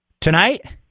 Tonight